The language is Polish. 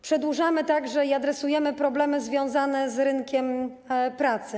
Przedłużamy także i adresujemy rozwiązania związane z rynkiem pracy.